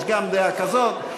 יש גם דעה כזאת.